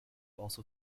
also